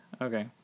okay